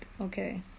okay